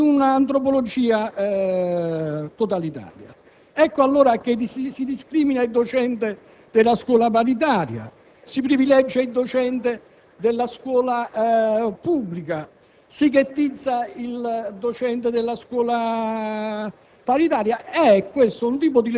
questo Paese, creando le precondizioni di un'antropologia totalitaria. Ecco allora che si discrimina il docente della scuola paritaria, si privilegia il docente della scuola pubblica,